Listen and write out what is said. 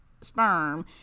sperm